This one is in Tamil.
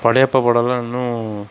படையப்பா படம்லாம் இன்னும்